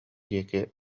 диэки